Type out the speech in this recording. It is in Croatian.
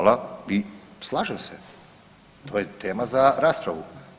Slažem se, to je tema za raspravu.